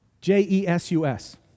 J-E-S-U-S